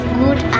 good